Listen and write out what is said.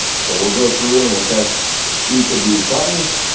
so we'll go through and we'll test each of these buttons